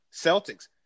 Celtics